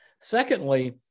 Secondly